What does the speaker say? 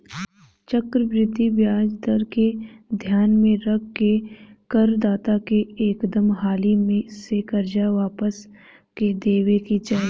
चक्रवृद्धि ब्याज दर के ध्यान में रख के कर दाता के एकदम हाली से कर्जा वापस क देबे के चाही